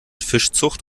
fischzucht